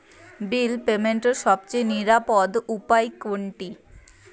বিল পেমেন্টের সবচেয়ে নিরাপদ উপায় কোনটি?